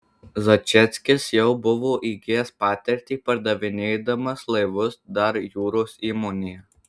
zažeckis jau buvo įgijęs patirtį pardavinėdamas laivus dar jūros įmonėje